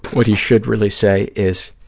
what he should really say is,